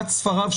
הקנס המנהלי.